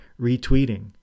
retweeting